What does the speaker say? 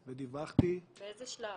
להזכירך, אנחנו לא יושבים בשימוע.